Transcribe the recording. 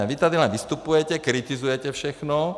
Vy tady len vystupujete, kritizujete všechno.